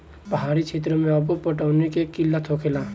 पहाड़ी क्षेत्र मे अब्बो पटौनी के किल्लत होखेला